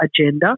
agenda